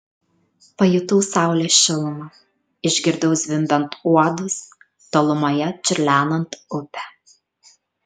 pajutau saulės šilumą išgirdau zvimbiant uodus tolumoje čiurlenant upę